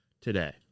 today